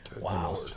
Wow